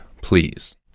please